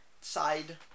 side